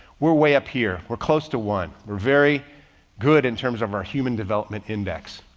we're way up here, we're close to one. we're very good in terms of our human development index.